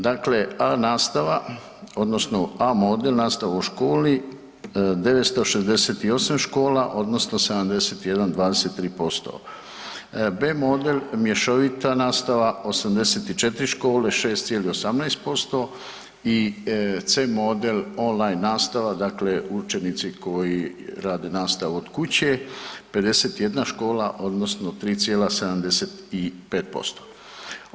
Dakle A nastava odnosno A model, nastavu u školi, 968 škola, odnosno 71,23%, B model, mješovita nastava 84 škole, 6,18% i C model online nastava, dakle učenici koji rade nastavu od kuće, 51 škola odnosno 3,75%